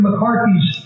McCarthy's